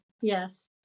Yes